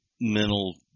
mental